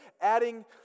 adding